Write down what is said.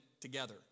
together